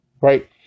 right